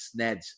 sneds